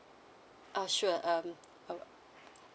uh sure um uh